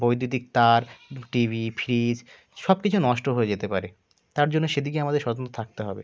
বৈদ্যুতিক তার TV fridge সব কিছু নষ্ট হয়ে যেতে পারে তার জন্য সেদিকে আমাদের সচেতন থাকতে হবে